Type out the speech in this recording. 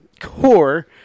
core